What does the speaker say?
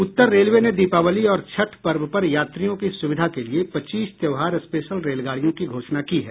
उत्तर railway ने दीपावली और छठ पर्व पर यात्रियों की सुविधा के लिए पच्चीस त्योहार स्पेशल रेलगाड़ियों की घोषणा की है